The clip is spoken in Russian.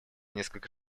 несколько